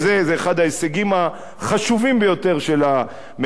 זה אחד ההישגים החשובים ביותר של הממשלה.